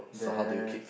then